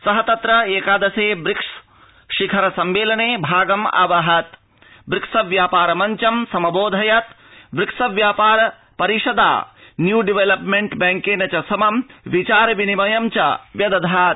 सः तत्र एकादशे ब्रिक्स शिखर संमेलने भागमावहत् ब्रिक्स व्यापार मश्चं समबोधयत् ब्रिक्स व्यापार परिषदा न्यू डिवेलपमेण्ट बैंकेन च समं विचार विनिमयं च व्यदधात्